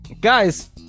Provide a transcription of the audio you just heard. Guys